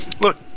Look